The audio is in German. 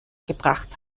gebracht